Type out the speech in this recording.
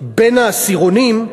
בין העשירונים: